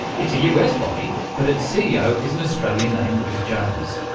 it's a us body, but its ceo is an australian named ruth jones,